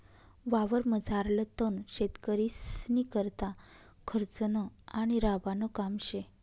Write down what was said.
वावरमझारलं तण शेतकरीस्नीकरता खर्चनं आणि राबानं काम शे